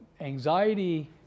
anxiety